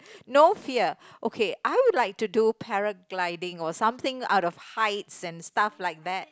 no fear okay I would like to do paragliding or something I don't hides and stuff like that